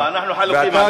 לא, אנחנו חלוקים עליה.